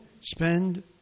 spend